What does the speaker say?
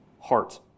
heart